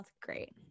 great